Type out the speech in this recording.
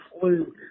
flu